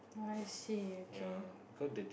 I see okay